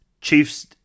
Chiefs